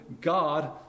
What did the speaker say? God